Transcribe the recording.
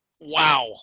Wow